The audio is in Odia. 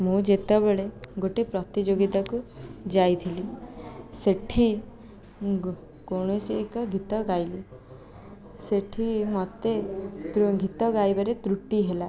ମୁଁ ଯେତେବଳେ ଗୋଟିଏ ପ୍ରତିଯୋଗିତାକୁ ଯାଇଥିଲି ସେଠି କୌଣସି ଏକ ଗୀତ ଗାଇଲି ସେଠି ମୋତେ ଗୀତ ଗାଇବାରେ ତ୍ରୁଟି ହେଲା